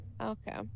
Okay